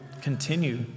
continue